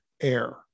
air